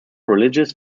religious